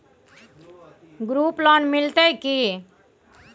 Group loan मिलतै की?